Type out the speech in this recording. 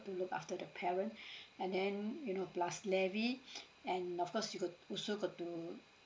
to look after the parent and then you know plus levy and of course you got also got to